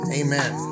amen